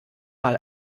mal